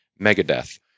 Megadeth